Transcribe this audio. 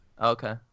Okay